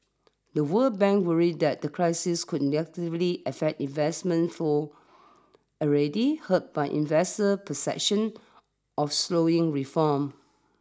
the World Bank worries that the crisis could negatively affect investment flows already hurt by investor perceptions of slowing reforms